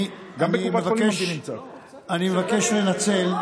אני מבקש לנצל,